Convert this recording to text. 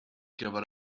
gyfer